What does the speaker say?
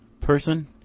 person